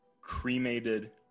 cremated